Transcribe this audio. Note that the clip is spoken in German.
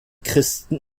christen